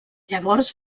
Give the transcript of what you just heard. llavors